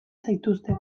zaituztet